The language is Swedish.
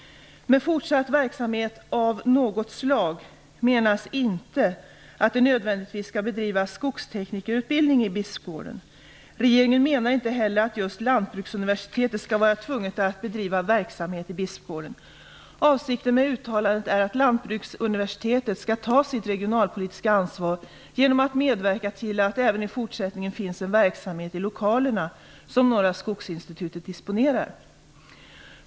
Med fortsatt verksamhet av något slag menas inte att det nödvändigtvis skall bedrivas skogsteknikerutbildning i Bispgården. Regeringen menar inte heller att just Lantbruksuniversitetet skall vara tvunget att bedriva verksamhet i Bispgården. Avsikten med uttalandet är att Lantbruksuniversitetet skall ta sitt regionalpolitiska ansvar genom att medverka till att det även i fortsättningen finns en verksamhet i lokalerna som Norra skogsinstitutet disponerar.